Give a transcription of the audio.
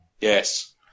Yes